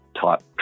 type